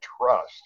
trust